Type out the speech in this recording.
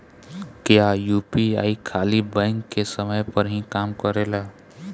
क्या यू.पी.आई खाली बैंक के समय पर ही काम करेला?